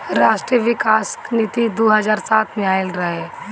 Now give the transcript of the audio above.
राष्ट्रीय किसान नीति दू हज़ार सात में आइल रहे